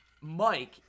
Mike